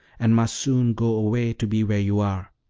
and must soon go away to be where you are.